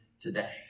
today